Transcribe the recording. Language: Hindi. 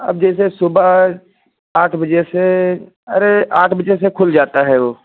अब जैसे सुबह आठ बजे से अरे आठ बजे से खुल जाता है उ